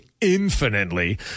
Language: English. infinitely